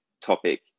topic